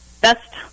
best